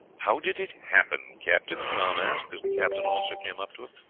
how did it happen, captain? tom asked, as the captain also came up to him.